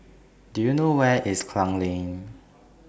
Do YOU know Where IS Klang Lane